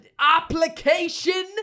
application